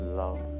love